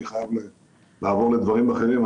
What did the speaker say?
אני חייב לעבור לדברים אחרים.